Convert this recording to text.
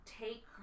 take